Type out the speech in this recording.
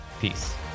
Peace